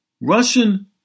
Russian